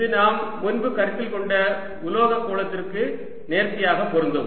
இது நாம் முன்பு கருத்தில் கொண்ட உலோக கோளத்திற்கு நேர்த்தியாக பொருந்தும்